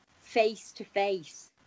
face-to-face